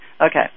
Okay